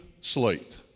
slate